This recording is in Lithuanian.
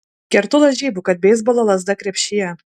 kertu lažybų kad beisbolo lazda krepšyje